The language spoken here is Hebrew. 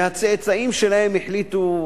והצאצאים שלהם החליטו,